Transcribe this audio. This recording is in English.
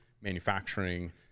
manufacturing